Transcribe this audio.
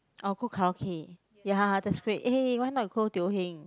I'll go karaoke ya that's great eh why not we go Teo Heng